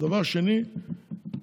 דבר שני,